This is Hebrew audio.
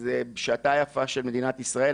זאת שעתה היפה של מדינת ישראל.